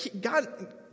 God